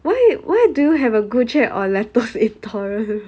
why why do you have a group chat on lactose intolerant